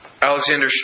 Alexander